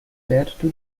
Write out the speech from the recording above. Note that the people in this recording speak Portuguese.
perto